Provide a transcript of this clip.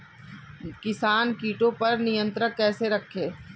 किसान कीटो पर नियंत्रण कैसे करें?